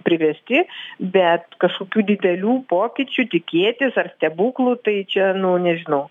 privesti bet kažkokių didelių pokyčių tikėtis ar stebuklų tai čia nu nežinau